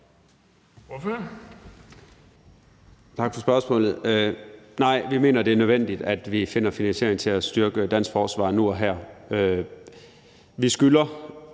Tak for spørgsmålet. Nej, vi mener, det er nødvendigt, at vi finder finansiering til at styrke dansk forsvar nu og her. Vi skylder